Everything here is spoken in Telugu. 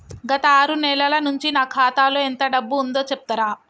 గత ఆరు నెలల నుంచి నా ఖాతా లో ఎంత డబ్బు ఉందో చెప్తరా?